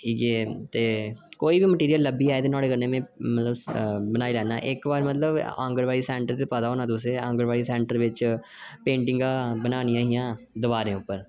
की के कोई बी मटीरियल लब्भी जा नुहाड़े कन्नै में बनाई लैना इक्क बारी में मतलब आंगनबाड़ी सैंटर ते पता होना इक्क बारी आईंगनबाड़ी सैंटर बिच पेंटिंगां बनानियां हियां दिवारें पर